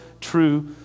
true